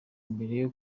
mbere